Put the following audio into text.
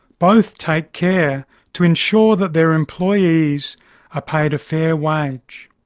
both take care to ensure that their employees are paid a fair wage.